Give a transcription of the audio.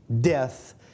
Death